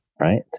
right